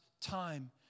time